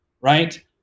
right